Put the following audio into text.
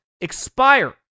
expire